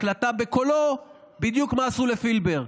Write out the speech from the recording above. הקלטה בקולו בדיוק מה עשו לפילבר.